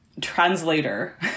translator